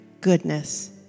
goodness